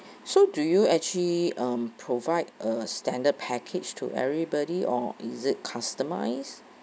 so do you actually um provide a standard package to everybody or is it customize